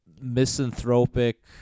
Misanthropic